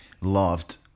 loved